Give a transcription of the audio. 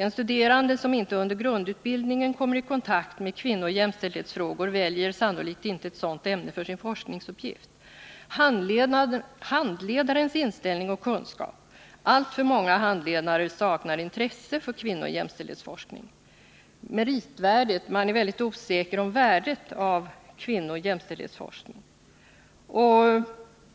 En studerande som inte under grundutbildningen har kommit i kontakt med kvinnooch jämställdhetsfrågor väljer sannolikt inte ett sådant ämne för sin forskningsuppgift. Även handledarens inställning och kunskap är av betydelse. Alltför många handledare saknar intresse för kvinnooch jämställdhetsforskning. Vidare är man väldigt osäker om meritvärdet av kvinnooch jämställdhetsforskning.